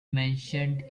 mentioned